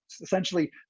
Essentially